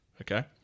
okay